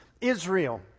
Israel